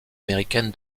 américaine